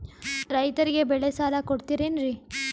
ರೈತರಿಗೆ ಬೆಳೆ ಸಾಲ ಕೊಡ್ತಿರೇನ್ರಿ?